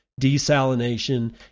desalination